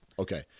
Okay